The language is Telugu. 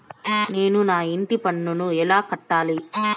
నేను నా ఇంటి పన్నును ఎలా కట్టాలి?